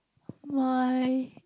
my